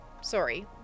Sorry